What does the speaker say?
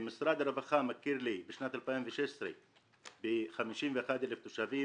משרד הרווחה הכיר לי בשנת 2016 ב-51,000 תושבים.